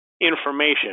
information